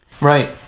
Right